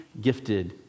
gifted